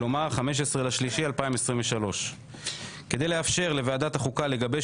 כלומר 15 במרס 2023. כדי לאפשר לוועדת החוקה לגבש